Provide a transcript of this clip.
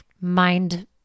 mind